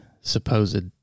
supposed